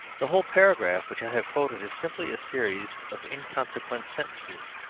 the whole paragraph which i have quoted is simply a series of inconsequent sentences,